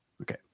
Okay